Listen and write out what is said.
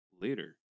later